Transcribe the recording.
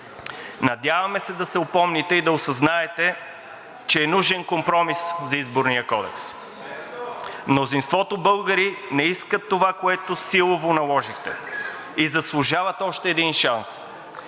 Надяваме се да се опомните и да осъзнаете, че е нужен компромис за Изборния кодекс. (Реплики: „Времето! Времето!“) Мнозинството българи не искат това, което силово наложихте, и заслужават още един шанс.